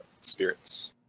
spirits